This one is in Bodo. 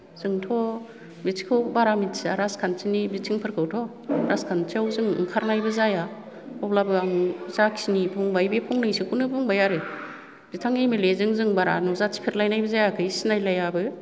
जोंथ बिदिखौ बारा मोन्थिया राजखान्थिनि बिथिं फोरखौथ राजखान्थियाव जों ओंखारनायबो जाया अब्लाबो आं जा खिनि बुंबाय बे फंनैसोखौनो बुंबाय आरो बिथां एम एल ए जों बारा नुजाथि फेरलायनायबो जायाखौ सिनाय लाइयाबो